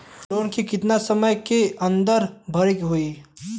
Loan के कितना समय के अंदर भरे के होई?